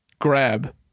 grab